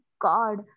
god